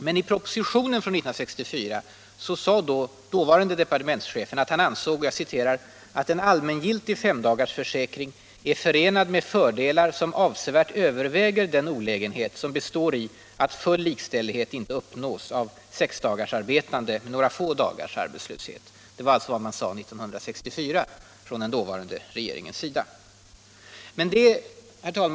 Men i propositionen från 1964 uttalade dåvarande departementschefen att han ansåg ”att en allmängiltig femdagarsförsäkring är förenad med fördelar som avsevärt överväger den olägenhet som består i att full likställighet inte uppnås av sexdagarsarbetande med några få dagars arbetslöshet”. Det var alltså vad man från den dåvarande regeringens sida sade 1964.